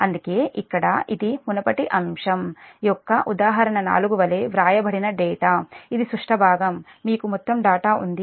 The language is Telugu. అందుకే ఇక్కడ ఇది మునుపటి అంశం యొక్క 'ఉదాహరణ 4' వలె వ్రాయబడిన డేటా ఇది సుష్ట భాగం మీకు మొత్తం డేటా ఉంది